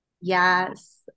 yes